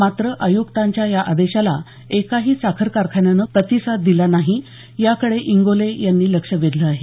मात्र आयुक्तांच्या या आदेशाला एकाही साखर कारखान्यान प्रतिसाद दिला नाही याकडे इंगोले यांनी लक्ष वेधलं आहे